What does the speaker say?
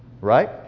Right